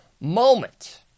moment